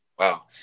Wow